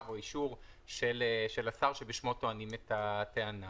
או אישור של השר שבשמו טוענים את הטענה.